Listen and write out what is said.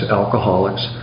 alcoholics